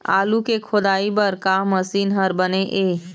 आलू के खोदाई बर का मशीन हर बने ये?